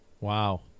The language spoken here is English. Wow